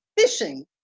fishing